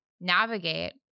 navigate